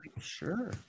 Sure